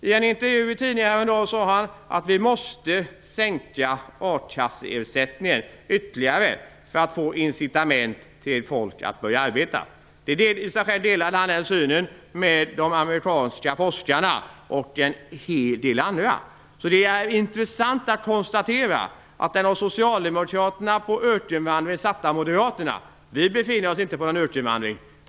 I en intervju i en tidning häromdagen sade han att vi måste sänka akasseersättningen ytterligare för att få incitament för folk att börja arbeta. Han delade den synen med de amerikanska forskarna och en hel del andra. Socialdemokraterna satte oss moderater på ökenvandring, men vi befinner oss inte på någon ökenvandring.